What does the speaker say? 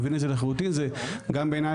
אני מבין את זה לחלוטין זה גם בעיני,